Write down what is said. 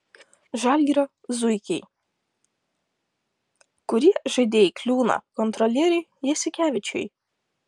žalgirio zuikiai kurie žaidėjai kliūna kontrolieriui jasikevičiui